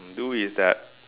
do is that